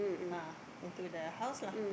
uh into the house lah